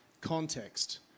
context